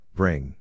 bring